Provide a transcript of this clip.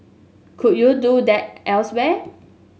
could you do that elsewhere